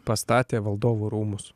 pastatė valdovų rūmus